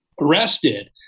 arrested